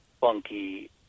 funky